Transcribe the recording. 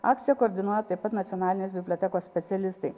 akciją koordinuoja taip pat nacionalinės bibliotekos specialistai